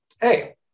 hey